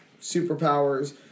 superpowers